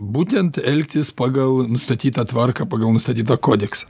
būtent elgtis pagal nustatytą tvarką pagal nustatytą kodeksą